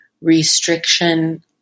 restriction